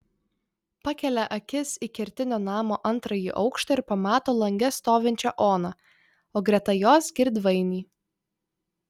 pakelia akis į kertinio namo antrąjį aukštą ir pamato lange stovinčią oną o greta jos girdvainį